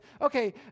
okay